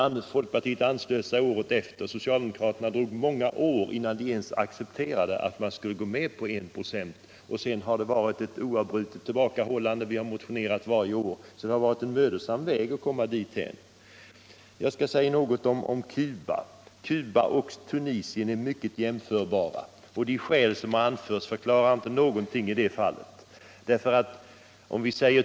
Folkpartiet anslöt sig till förslaget året efter. För socialdemokraterna log det många år innan man accepterade förslaget om enprocentsmålet. Sedan har det varit ett oavbrutet tillbakahållande från socialdemokraterna, och vi har måst motionera varje år. Det har alltså varit en mödosam väg till detta mål.